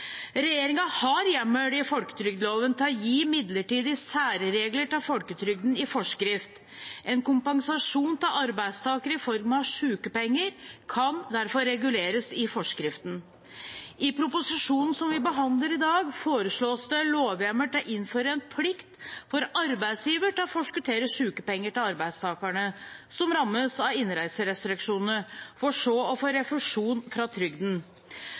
har hjemmel i folketrygdloven til å gi midlertidige særregler til folketrygden i forskrift. En kompensasjon til arbeidstakere i form av sykepenger kan derfor reguleres i forskriften. I proposisjonen som vi behandler i dag, foreslås det lovhjemmel til å innføre en plikt for arbeidsgiver til å forskuttere sykepenger til arbeidstakerne som rammes av innreiserestriksjonene, for så å få refusjon fra trygden.